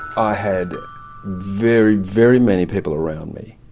i had very, very many people around me